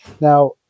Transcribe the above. Now